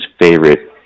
favorite